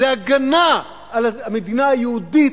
זה הגנה על המדינה היהודית,